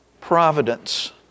providence